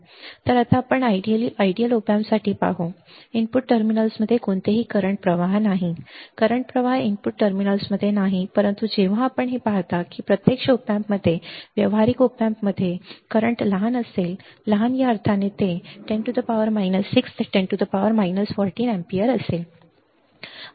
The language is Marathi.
तर आता आपण आदर्श op amp साठी पाहू इनपुट टर्मिनल्समध्ये कोणताही करंट प्रवाह नाही करंट प्रवाह इनपुट टर्मिनल्समध्ये नाही परंतु जेव्हा आपण हे पाहता की प्रत्यक्ष op amp मध्ये व्यावहारिक op amp मध्ये करंट लहान असेल लहान या अर्थाने ते 10 6 ते 10 14 अँपिअर असेल